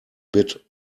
bit